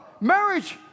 marriage